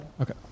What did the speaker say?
Okay